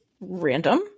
random